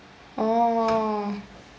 oh